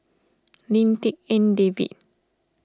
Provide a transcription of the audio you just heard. Lim Tik En David